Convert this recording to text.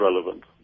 relevant